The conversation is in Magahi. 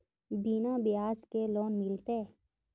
बिना ब्याज के लोन मिलते?